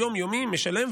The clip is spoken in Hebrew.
יום-יומי משלם,